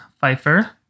pfeiffer